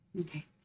okay